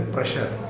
Pressure